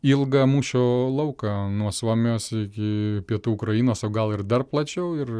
ilgą mūšio lauką nuo suomijos iki pietų ukrainos o gal ir dar plačiau ir